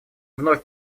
вновь